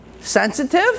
sensitive